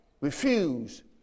refuse